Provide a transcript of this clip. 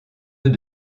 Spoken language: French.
œufs